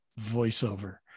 voiceover